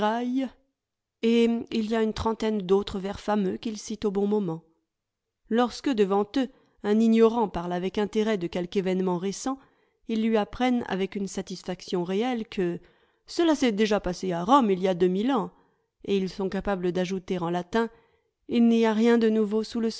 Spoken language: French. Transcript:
et il y a une trentaine d'autres vers fameux qu'ils citent au bon moment lorsque devant eux un ignorant parle avec intérêt de quelque événement récent ils lui apprennent avec une satisfaction réelle que cela s'est déjà passé à rome il y a deux mille ans et ils sont capables d'ajouter en latin il n'y a rien de nouveau sous le